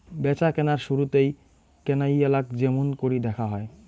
ব্যাচাকেনার শুরুতেই কেনাইয়ালাক য্যামুনকরি দ্যাখা হয়